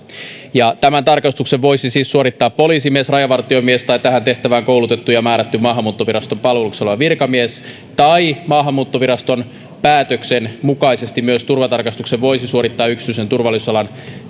tämän tarkastuksen voisi siis suorittaa poliisimies rajavartiomies tai tähän tehtävään koulutettu ja määrätty maahanmuuttoviraston palveluksessa oleva virkamies tai maahanmuuttoviraston päätöksen mukaisesti turvatarkastuksen voisi myös suorittaa yksityisen turvallisuusalan